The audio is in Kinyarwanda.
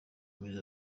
myiza